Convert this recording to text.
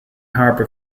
harbor